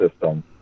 system